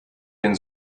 den